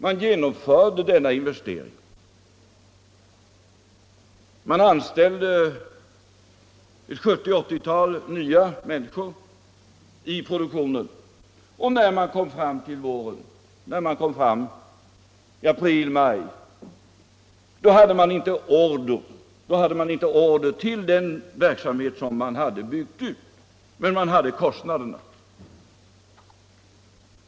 Man genomförde denna investering, och man nyanställde 70-80 människor i produktionen. När man kom fram till april-maj hade man inte order till den verksamhet som man hade byggt upp, men man hade kostnaderna.